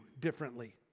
differently